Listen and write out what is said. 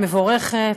מבורכת.